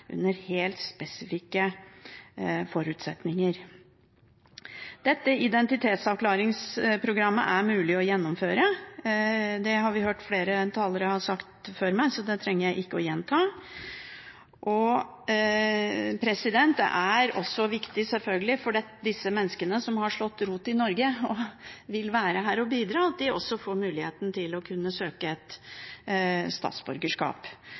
under helt spesifikke forutsetninger. Dette identitetsavklaringsprogrammet er mulig å gjennomføre, det har vi hørt at flere talere har sagt før meg, så det trenger jeg ikke å gjenta. Det er også viktig, selvfølgelig, for disse menneskene som har slått rot i Norge, og som vil være her og bidra, at de får muligheten til å kunne søke statsborgerskap.